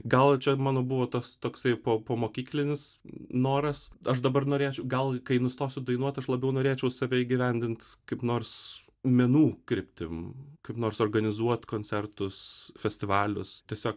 gal čia mano buvo tas toksai po po mokyklinis noras aš dabar norėčiau gal kai nustosiu dainuot aš labiau norėčiau save įgyvendint kaip nors menų kryptim kaip nors organizuot koncertus festivalius tiesiog